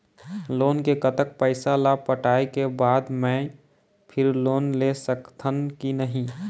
Loan के कतक पैसा ला पटाए के बाद मैं फिर लोन ले सकथन कि नहीं?